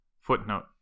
Footnote